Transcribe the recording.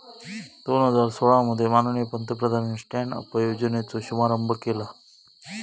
दोन हजार सोळा मध्ये माननीय प्रधानमंत्र्यानी स्टॅन्ड अप योजनेचो शुभारंभ केला